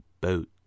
boat